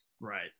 Right